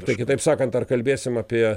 tai kitaip sakant ar kalbėsim apie